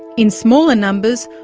in smaller numbers,